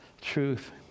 truth